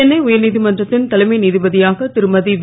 சென்னை உயர் நீதிமன்றத்தின் தலைமை நீதிபதியாக திருமதிவி